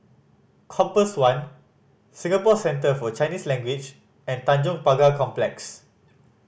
Compass One Singapore Center For Chinese Language and Tanjong Pagar Complex